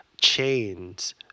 chains